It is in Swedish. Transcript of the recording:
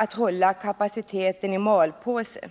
att hålla kapaciteten i malpåse.